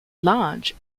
large